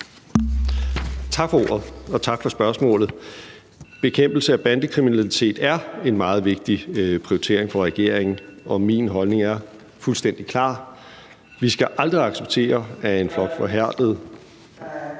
Tak for ordet, og tak for spørgsmålet. Bekæmpelse af bandekriminalitet er en meget vigtig prioritet for regeringen, og min holdning er fuldstændig klar: Vi skal aldrig acceptere, at en flok forhærdede